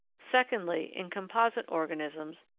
secondly, in composite organisms,